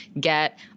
get